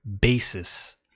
basis